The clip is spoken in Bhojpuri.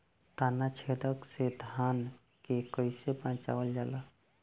ताना छेदक से धान के कइसे बचावल जाला?